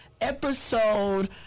Episode